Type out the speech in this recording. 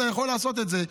אתה יכול לעשות את זה.